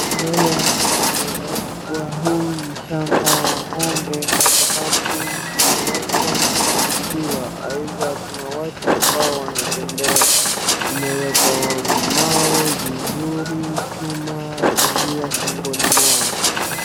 Mbele yangu naeza ona kuwa hii ni shamba ya ng'ombe kwa sababu zimewekwa na kufungiwa, aidha kuna watu ambao wanatembea, imewekwa mawe, vifuli, chuma, kufungiwa shingoni mwao.